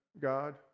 God